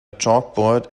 chalkboard